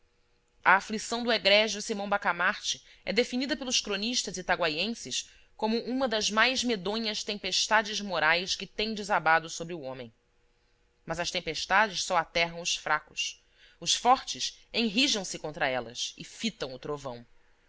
a aflição do egrégio simão bacamarte é definida pelos cronistas itaguaienses como uma das mais medonhas tempestades morais que têm desabado sobre o homem mas as tempestades só aterram os fracos os forres enrijam se contra elas e fitam o trovão